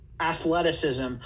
athleticism